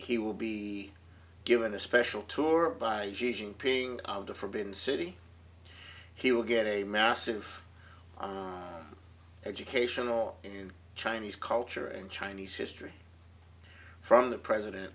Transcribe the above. he will be given a special tour by ping of the forbidden city he will get a massive educational in chinese culture and chinese history from the president